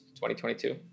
2022